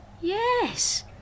Yes